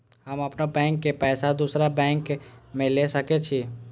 हम अपनों बैंक के पैसा दुसरा बैंक में ले सके छी?